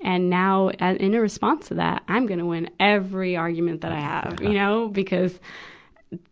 and now ah in response to that, i'm gonna win every argument that i have, you know, because